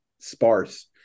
sparse